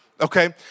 okay